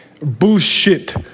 Bullshit